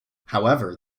however